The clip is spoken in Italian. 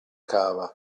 cava